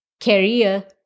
career